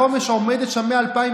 הישיבה בחומש עומדת שם מ-2013.